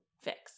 fix